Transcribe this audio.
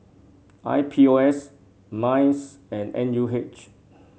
I P O S Minds and N U H